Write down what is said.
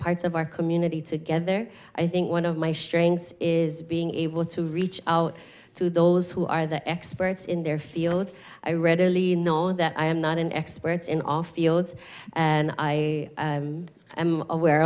parts of our community together i think one of my strengths is being able to reach out to those who are the experts in their field i readily know that i am not in experts in off field and i am aware